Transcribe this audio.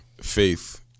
faith